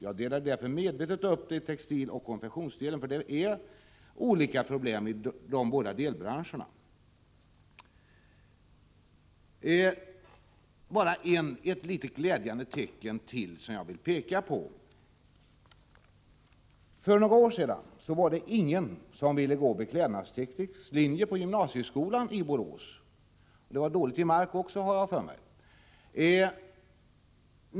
Jag har därför medvetet gjort en uppdelning i textil resp. konfektion, eftersom det finns olika problem i dessa båda delbranscher. Jag vill även peka på ett glädjande tecken. För några år sedan var det ingen som ville gå på beklädnadsteknisk linje på gymnasieskolan i Borås, och jag har för mig att det var dåligt ställt på den punkten även i Mark.